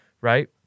Right